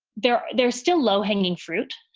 there's there's still low hanging fruit.